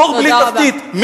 בור בלי תחתית.